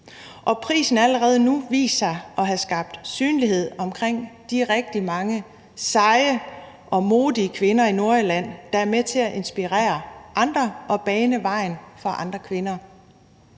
Prisen har allerede nu vist sig at have skabt synlighed omkring de rigtig mange seje og modige kvinder i Nordjylland, der er med til at inspirere andre og bane vejen for andre kvinder.